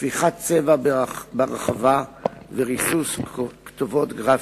שפיכת צבע ברחבה וריסוס כתובות גרפיטי.